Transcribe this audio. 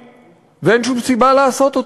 אין שום סיבה לעשות אותו.